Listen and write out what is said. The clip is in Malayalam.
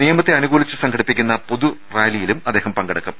നിയ മത്തെ അനുകൂലിച്ച് സംഘടിപ്പിക്കുന്ന പൊതുറാലിയിലും അദ്ദേഹം പങ്കെടുക്കും